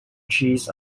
trees